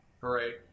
Hooray